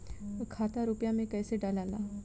खाता में रूपया कैसे डालाला?